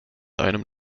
einem